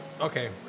Okay